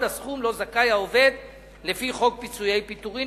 הסכום שהעובד זכאי לו לפי חוק פיצויי פיטורין.